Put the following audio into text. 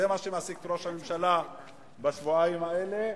זה מה שמעסיק את ראש הממשלה בשבועיים האלה.